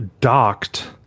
docked